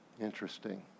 interesting